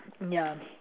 ya